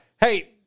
Hey